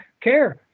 care